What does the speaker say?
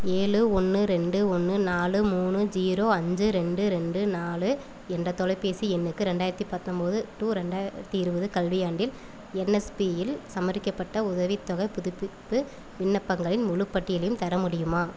ஏழு ஒன்று ரெண்டு ஒன்று நாலு மூணு ஜீரோ அஞ்சு ரெண்டு ரெண்டு நாலு என்ற தொலைபேசி எண்ணுக்கு ரெண்டாயிரத்து பத்தொம்பது டு ரெண்டாயிரத்து இருவது கல்வி ஆண்டில் என்எஸ்பியில் சமரிக்கப்பட்ட உதவித்தொகை புதுப்பிப்பு விண்ணப்பங்களின் முழுப் பட்டியலையும் தர முடியுமா